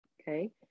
okay